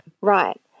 Right